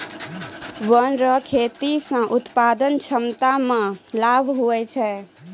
वन रो खेती से उत्पादन क्षमता मे लाभ हुवै छै